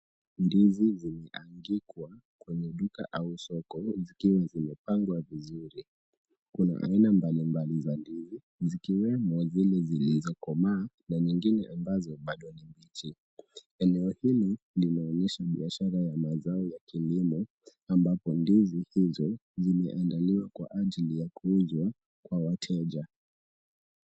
Ndizi zimeangikwa kwenye duka au soko zikiwa zimepangwa vizuri. Kuna aina mbalimbali za ndizi zikiwemo zile zilizokomaa na nyingine ambazo bado ni mbichi. Eneo hili linaonyesha biashara ya mazao ya kilimo ambapo ndizi hizo zimeandaliwa kwa ajili ya kuuzwa kwa wateja.